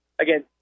again